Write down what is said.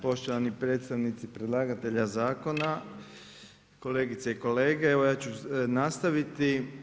Poštovani predstavnici predlagatelja zakona, kolegice i kolege, evo ja ću nastaviti.